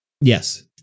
yes